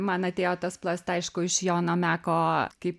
man atėjo tas plast aišku iš jono meko kaip